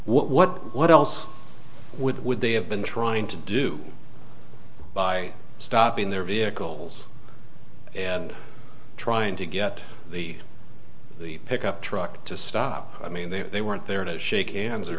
what what else would would they have been trying to do by stopping their vehicles and trying to get the pickup truck to stop i mean they weren't there to shake hands or